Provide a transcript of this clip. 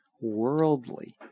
worldly